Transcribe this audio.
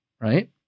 right